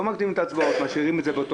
לא מקדימים את הצבעות,